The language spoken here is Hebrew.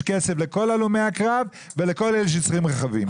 כסף לכל הלומי הקרב ולכל אלה שצריכים רכבים.